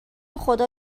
خدا